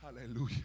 Hallelujah